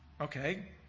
Okay